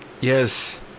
Yes